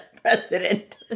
president